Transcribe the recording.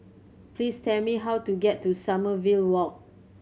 please tell me how to get to Sommerville Walk